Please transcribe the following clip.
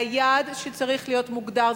היעד שצריך להיות מוגדר,